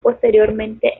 posteriormente